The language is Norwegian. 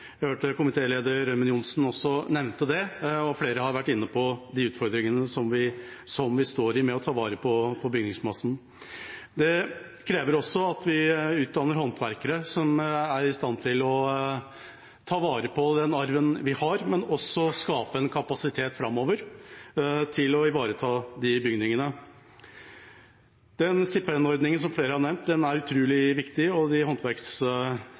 Jeg hørte at komitéleder Ørmen Johnsen også nevnte det, og flere har vært inne på utfordringene vi står i med å ta vare på bygningsmassen. Det krever at vi utdanner håndverkere som er i stand til å ta vare på arven vi har, men også skaper en kapasitet framover til å ivareta de bygningene. Den stipendordningen flere har nevnt, er utrolig viktig, og